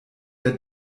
der